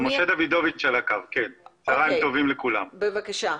דוידוביץ' בבקשה.